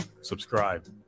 subscribe